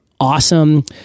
awesome